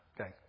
Okay